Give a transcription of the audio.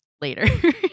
later